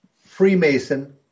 Freemason